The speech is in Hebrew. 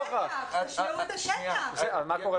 אני חושב